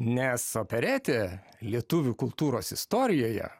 nes operetė lietuvių kultūros istorijoje